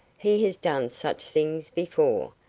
he has done such things before,